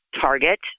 target